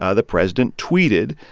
ah the president tweeted,